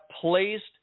placed